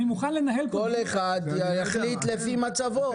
כל אחד יחליט לפי מצבו,